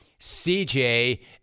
CJ